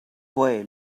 boy